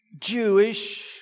Jewish